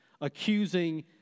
accusing